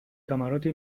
camarote